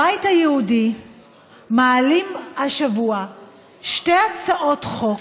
בבית היהודי מעלים השבוע שתי הצעות חוק